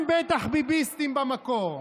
הם בטח ביביסטים במקור.